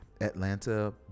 atlanta